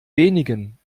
wenigen